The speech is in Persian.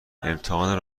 امتحان